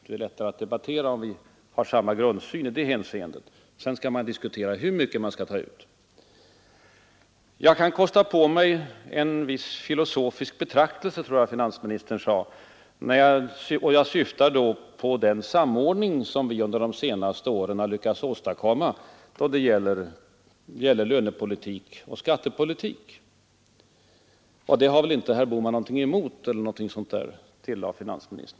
Det är lättare att debattera om vi har samma grundsyn i det hänseendet. Sedan kan man diskutera hur mycket man skall ta ut. Jag kan kosta på mig en viss filosofisk betraktelse, tror jag att finansminstern sade, och han syftade då på den samordning som vi under de senaste åren har lyckats åstadkomma när det gäller lönepolitik och skattepolitik. Den har väl inte herr Bohman någonting emot, eller någonting sådant, tillade finansministern.